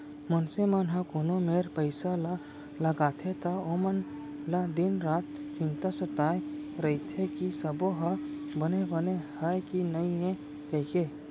मनसे मन ह कोनो मेर पइसा ल लगाथे त ओमन ल दिन रात चिंता सताय रइथे कि सबो ह बने बने हय कि नइए कइके